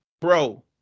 bro